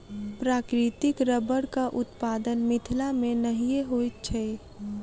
प्राकृतिक रबड़क उत्पादन मिथिला मे नहिये होइत छै